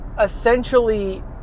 essentially